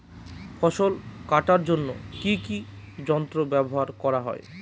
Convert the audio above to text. ফসল কাটার জন্য কি কি যন্ত্র ব্যাবহার করা হয়?